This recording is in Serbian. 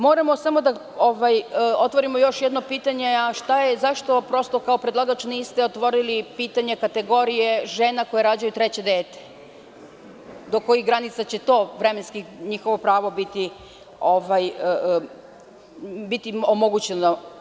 Moramo samo da otvorimo još jedno pitanje – zašto kao predlagač niste otvorili pitanje kategorije žena koje rađaju treće dece, do koje granice će to vremenski njihovo pravo biti omogućeno?